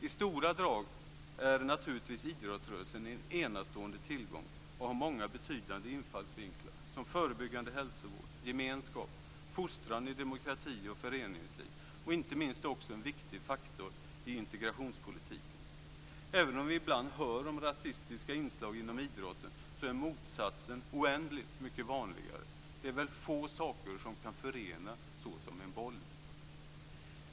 I stora drag är naturligtvis idrottsrörelsen en enastående tillgång och har många betydande infallsvinklar som förebyggande hälsovård, gemenskap, fostran i demokrati och föreningsliv, inte minst en viktig faktor i integrationspolitiken. Även om vi ibland hör om rasistiska inslag inom idrotten, är motsatsen oändligt mycket vanligare. Det är väl få saker som kan förena så som en boll.